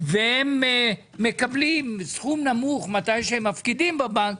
והם מקבלים סכום נמוך כשמפקידים בבנק,